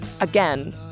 again